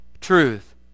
truth